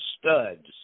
studs